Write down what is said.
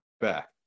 back